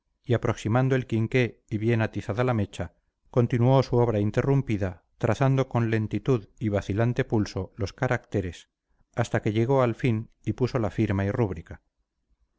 y aproximado el quinqué y bien atizada la mecha continuó su obra interrumpida trazando con lentitud y vacilante pulso los caracteres hasta que llegó al fin y puso la firma y rúbrica